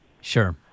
Sure